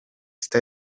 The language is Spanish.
está